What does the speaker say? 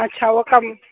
अच्छा उहो कमु